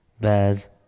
bears